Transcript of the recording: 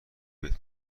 بهت